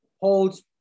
Holds